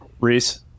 Reese